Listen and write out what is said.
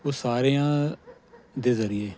ਉਹ ਸਾਰਿਆਂ ਦੇ ਜ਼ਰੀਏ